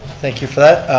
thank you for that.